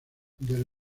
del